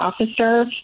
officer